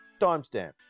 timestamp